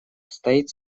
стоит